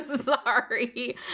Sorry